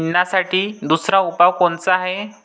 निंदनासाठी दुसरा उपाव कोनचा हाये?